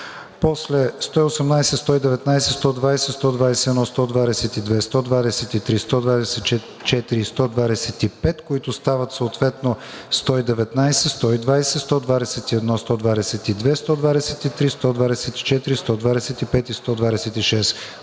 чл. 118, 119, 120, 121, 122, 123, 124 и 125, които стават съответно чл. 119, 120, 121, 122, 123, 124, 125 и 126